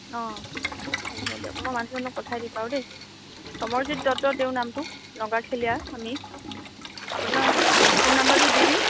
অ' হ'ব দিয়ক মই মানুহজনক পঠাই দিম বাৰু দেই ছমৰজিৎ দত্ত তেওঁৰ নামটো নগাখেলীয়া আমি আপোনাৰ অ' ফোন নম্বৰটো দি দিম